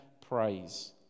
praise